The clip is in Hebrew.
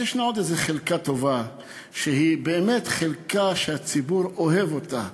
אז יש עוד איזו חלקה טובה שהיא באמת חלקה שהציבור אוהב אותה,